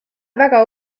väga